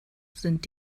sind